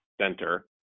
center